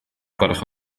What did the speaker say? gwelwch